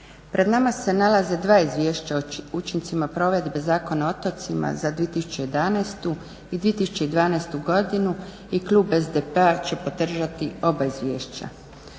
Pred nama se nalaze dva izvješća o učincima provedbe Zakona o otocima za 2011. i 2012. godinu i klub SDP-a će podržati oba izvješća.